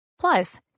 plus